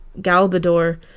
Galbador